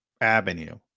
avenue